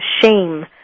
shame